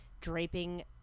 draping